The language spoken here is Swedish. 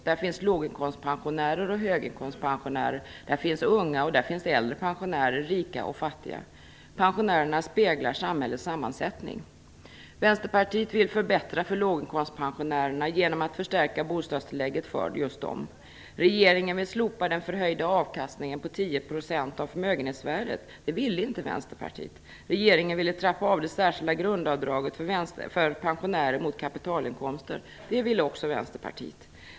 Där finns låginkomstpensionärer och höginkomstpensionärer, där finns unga och äldre pensionärer, rika och fattiga. Pensionärerna speglar samhällets sammansättning. Vänsterpartiet vill förbättra för låginkomstpensionärerna genom att förstärka bostadstillägget för dessa pensionärer. Regeringen ville slopa den förhöjda avkastningen på 10 % av förmögenhetsvärdet. Det ville inte Vänsterpartiet. Regeringen ville trappa av det särskilda grundavdraget för pensionärer mot kapitalinkomster. Det ville också Vänsterpartiet.